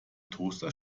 toaster